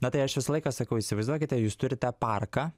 na tai aš visą laiką sakau įsivaizduokite jūs turite parką